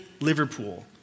Liverpool